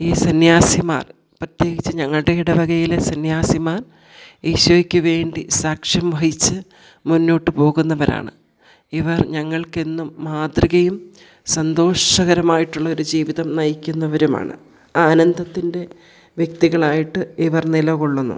ഈ സന്യാസിമാർ പ്രത്യേകിച്ച് ഞങ്ങളുടെ ഇടവകയിലെ സന്യാസിമാർ ഈശോയ്ക്ക് വേണ്ടി സാക്ഷ്യം വഹിച്ചു മുന്നോട്ട് പോകുന്നവരാണ് ഇവർ ഞങ്ങൾക്കെന്നും മാതൃകയും സന്തോഷകരമായിട്ടുള്ള ഒരു ജീവിതം നയിക്കുന്നവരുമാണ് ആനന്ദത്തിൻ്റെ വ്യക്തികളായിട്ട് ഇവർ നില കൊള്ളുന്നു